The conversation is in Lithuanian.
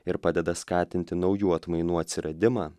ir padeda skatinti naujų atmainų atsiradimą